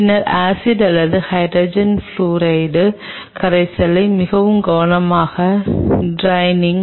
பின்னர் ஆசிட் அல்லது hydrogen fluoride கரைசலை மிகவும் கவனமாக ட்ரைனிங்